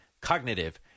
cognitive